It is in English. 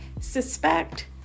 suspect